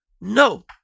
no